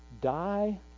die